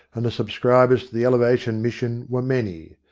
and the sub scribers to the elevation mission were many.